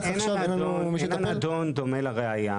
אין הנדון דומה לראייה,